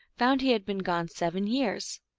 found he had been gone seven years.